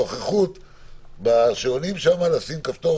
נאסרה התפילה בצוותא במבנה אם זה לא בני אותה משפחה